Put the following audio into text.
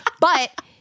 But-